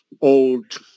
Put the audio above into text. old